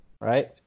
right